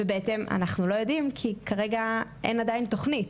אנחנו לא יודעים כי כרגע אין עדיין תוכנית.